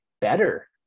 better